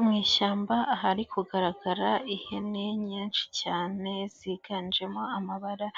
Mu ishyamba ahari kugaragara ihene nyinshi cyane ziganjemo amabara